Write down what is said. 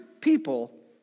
people